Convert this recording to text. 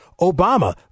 Obama